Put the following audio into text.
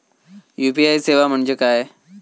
UPI सेवा म्हणजे काय?